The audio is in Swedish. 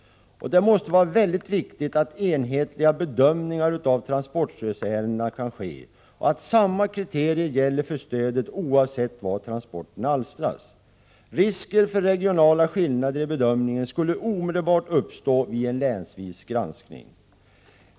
Det måste vara väldigt viktigt att enhetliga bedömningar av transportstödsärenden kan ske, och att samma kriterier gäller för stödet oavsett var transporten alstras. Risker för regionala skillnader i bedömningen skulle omedelbart uppstå vid en granskning länsvis.